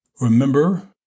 Remember